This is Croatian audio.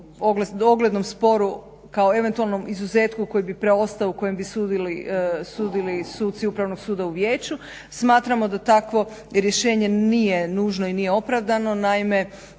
oglednom sporu kao eventualnom izuzetku koji bi preostao u kojim bi sudili suci upravnog suda u vijeću. Smatramo da takvo rješenje nije nužno i nije opravdano. Naime,